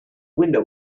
window